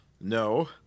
No